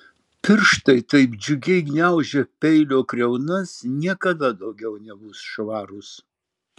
pirštai taip džiugiai gniaužę peilio kriaunas niekada daugiau nebus švarūs